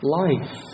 life